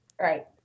Right